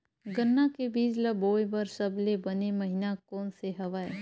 गन्ना के बीज ल बोय बर सबले बने महिना कोन से हवय?